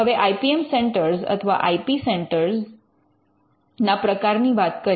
હવે I P M centre અથવા I P centre ના પ્રકારની વાત કરીએ